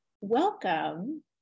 Welcome